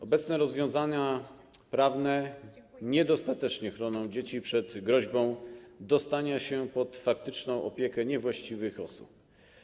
Obecne rozwiązania prawne niedostatecznie chronią dzieci przed groźbą dostania się pod faktyczną opiekę niewłaściwych osób.